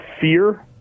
fear